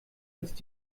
ist